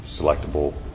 selectable